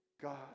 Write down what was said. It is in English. God